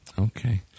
Okay